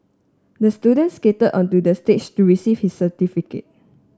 the student skated onto the stage to receive his certificate